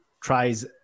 tries